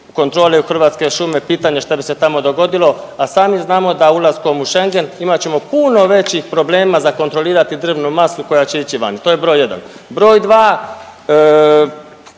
kontrole u Hrvatske šume pitanje šta bi se tamo dogodilo, a sami znamo da ulaskom u Schengen imat ćemo puno većih problema za kontrolirati drvnu masu koja će ići vani, to je broj jedan. Broj